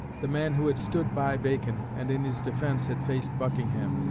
the man who had stood by bacon, and in his defence had faced buckingham,